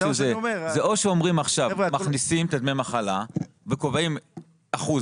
זה או שאומרים עכשיו שמכניסים את דמי המחלה וקובעים אחוז